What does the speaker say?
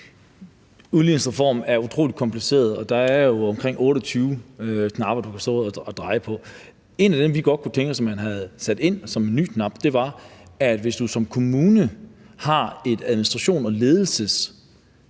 Udligningsreformen er utrolig kompliceret, og der er jo omkring 28 knapper, du kan stå og dreje på. En knap, vi godt kunne have tænkt os at man havde sat ind som ny knap, er en, der gør, at hvis du som kommune har et administrations- og